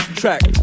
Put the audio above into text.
track